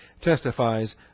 testifies